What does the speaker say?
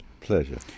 Pleasure